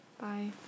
Bye